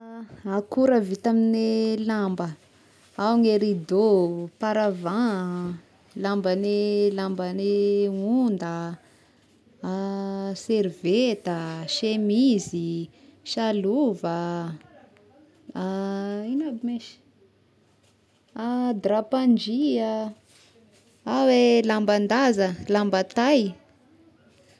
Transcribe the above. Akora vita amin'ny lamba ah: ao ny rideau, part avant, lambagne lambagne onda, serveta, semizy, salova ah, igno aby moa izy s, dra-pandria, ao e lamban-daza, lamba tay.